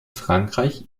frankreich